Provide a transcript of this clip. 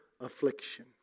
affliction